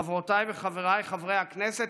חברותיי וחבריי חברי הכנסת,